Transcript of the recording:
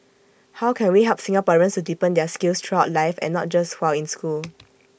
how can we help Singaporeans to deepen their skills throughout life and not just while in school